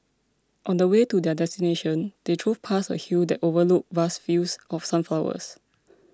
on the way to their destination they drove past a hill that overlooked vast fields of sunflowers